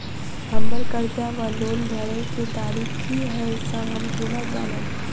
हम्मर कर्जा वा लोन भरय केँ तारीख की हय सँ हम केना जानब?